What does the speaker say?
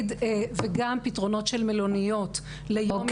גם פתרונות של מלוניות ליום,